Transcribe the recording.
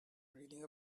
reading